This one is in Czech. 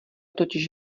totiž